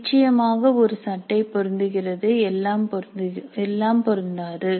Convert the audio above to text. நிச்சயமாக ஒரு சட்டை பொருந்துகிறது எல்லாம் பொருந்தாது